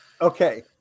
okay